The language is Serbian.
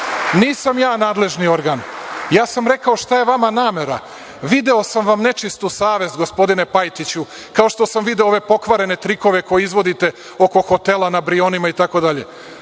Nisam ja nadležni organ. Ja sam rekao šta je vama namera. Video sam vam nečistu savest gospodine Pajtiću, kao što sam video ove pokvarene trikove koje izvodite oko hotela na Brionima, itd.